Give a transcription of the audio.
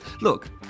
Look